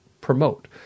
promote